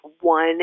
one